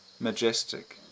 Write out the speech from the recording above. majestic